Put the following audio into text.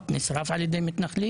שאיבד את אוזנו כאשר הוא נורא מאחור.